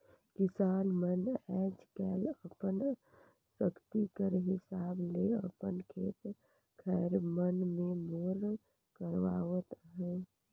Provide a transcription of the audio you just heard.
किसान मन आएज काएल अपन सकती कर हिसाब ले अपन खेत खाएर मन मे बोर करवात अहे